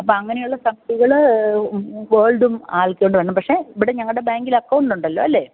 അപ്പം അങ്ങനെയുള്ള സബ്സികൾ ഗോൾഡും ആൽക്കൊണ്ടു വേണം പക്ഷെ ഇവിടെ ഞങ്ങളുടെ ബാങ്കിലക്കൗണ്ടുണ്ടല്ലോ അല്ലേ